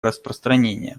распространение